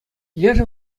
лешӗ